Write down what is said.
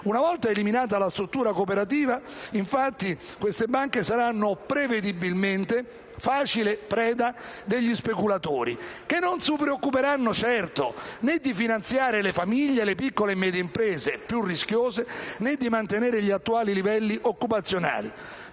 Una volta eliminata la struttura cooperativa delle banche popolari, infatti, queste saranno prevedibilmente facile preda degli speculatori, che non si preoccuperanno certo, né di finanziare le famiglie e le piccole e medie imprese - più rischiose - né di mantenere gli attuali livelli occupazionali.